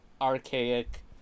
archaic